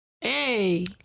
hey